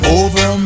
over